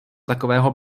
takového